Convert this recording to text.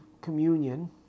communion